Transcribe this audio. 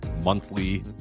monthly